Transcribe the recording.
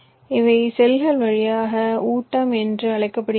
இவை செல்கள் வழியாக ஊட்டம் என்று அழைக்கப்படுகின்றன